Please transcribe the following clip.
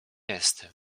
jest